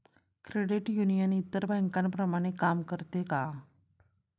Credit union इतर बँकांप्रमाणे काम करते का?